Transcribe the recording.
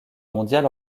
mondial